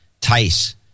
Tice